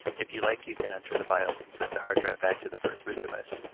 if you like you can enter the bios and set the hard drive back to the first boot device.